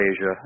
Asia